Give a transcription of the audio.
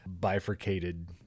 bifurcated